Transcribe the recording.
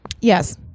Yes